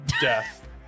death